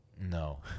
No